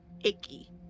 icky